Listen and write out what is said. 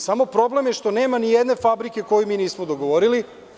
Samo je problem što nema ni jedne fabrike koju mi nismo dogovorili.